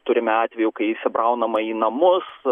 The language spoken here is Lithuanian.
turime atvejų kai įsibraunama į namus